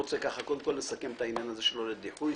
אני רוצה קודם כל לסכם את העניין של ללא דיחוי.